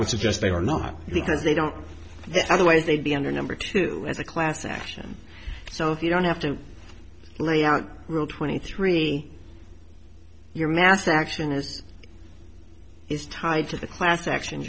would suggest they are not because they don't otherwise they'd be under number two as a class action so if you don't have to lay out rule twenty three your mass action is is tied to the class action